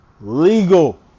legal